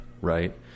Right